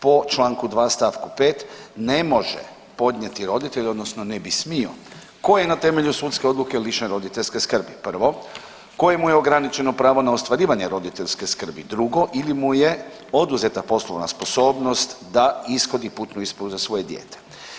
Po čl. 2 st. 5 ne može podnijeti roditelj, odnosno ne bi smio koji je na temelju sudske odluke lišen roditeljske skrbi prvo, kojemu je ograničeno pravo na ostvarivanje roditeljske skrbi drugo ili mu je oduzeta poslovna sposobnost da ishodi putnu ispravu za svoje dijete.